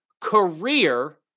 career